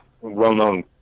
well-known